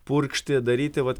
purkšti daryti vat